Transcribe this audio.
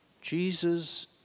Jesus